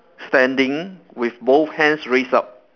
standing with both hands raised up